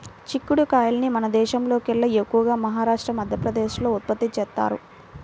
చిక్కుడు కాయల్ని మన దేశంలోకెల్లా ఎక్కువగా మహారాష్ట్ర, మధ్యప్రదేశ్ లో ఉత్పత్తి చేత్తారు